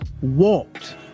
walked